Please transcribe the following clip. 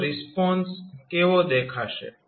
તો રિસ્પોન્સ કેવો દેખાશે